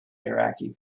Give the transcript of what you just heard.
iraqi